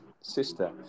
sister